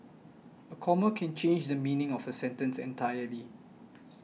comma can change the meaning of a sentence entirely